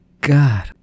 God